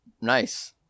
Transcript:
Nice